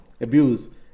abuse